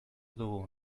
dugu